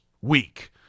week